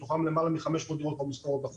מתוכן למעלה מ-500 דירות כבר מושכרות.